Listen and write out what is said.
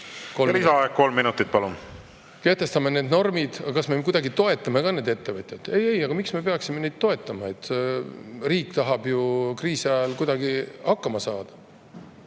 Lisaaeg kolm minutit, palun! Me kehtestame need normid, aga kas me kuidagi ka toetame neid ettevõtjad? Ei-ei, miks me peaksime neid toetama, riik tahab ju kriisi ajal kuidagi hakkama saada. Ja